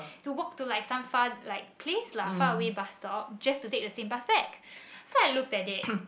to walk to like some far like place lah far away bus stop just to take the same bus back so I looked at it